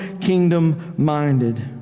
kingdom-minded